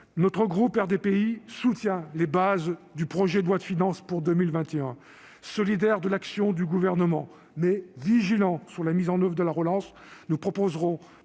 Le groupe RDPI soutient les bases du projet de loi de finances pour 2021. Solidaires de l'action du Gouvernement, mais vigilants s'agissant de la mise en oeuvre de la relance, nous proposerons